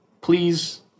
Please